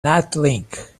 natlink